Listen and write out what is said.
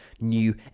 new